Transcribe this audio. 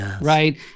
right